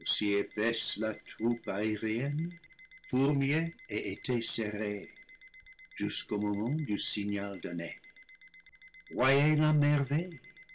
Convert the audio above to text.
et était serrée jusqu'au moment du signal donné voyez la merveille